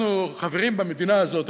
אנחנו חברים במדינה הזאת.